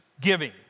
giving